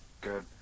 good